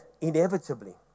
inevitably